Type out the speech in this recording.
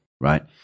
right